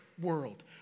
world